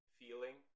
feeling